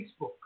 Facebook